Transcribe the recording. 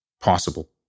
possible